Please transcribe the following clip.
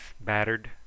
battered